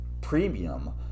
premium